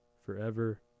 forever